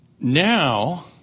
now